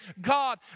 God